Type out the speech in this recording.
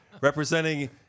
representing